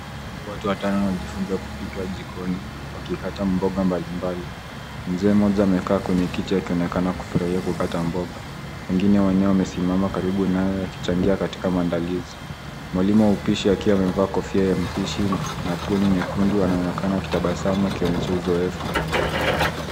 Watu watanonwakijifunza kupika jikoni wakikata mboga mbalimbali. Mzee mmoja amekaa kwenye kiti akionekana kufurahia kukata mboga. Wengine wanne wamesimama karibu naye wakitembea katika maandalizi. Mwalimu wa upishi akiwa amevaa kofia ya upishi na kuni nyekundu anaonekana akitabasamu akionyesha uzoefu.